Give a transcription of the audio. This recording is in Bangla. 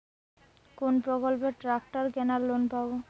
কোন প্রকল্পে ট্রাকটার কেনার লোন পাব?